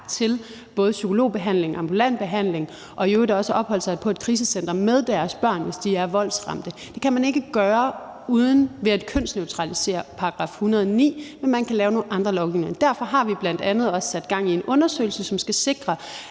til både psykologbehandling, ambulant behandling og i øvrigt også ret til at opholde sig på et krisecenter med deres børn, hvis de er voldsramte. Det kan man ikke gøre uden ved at kønsneutralisere § 109, men man kan lave nogle andre lovgivninger. Derfor har vi bl.a. også sat gang i en undersøgelse, som skal sikre,